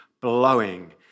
blowing